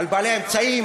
על בעלי האמצעים,